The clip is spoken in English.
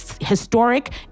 historic